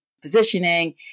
positioning